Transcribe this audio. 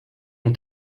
ont